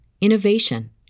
innovation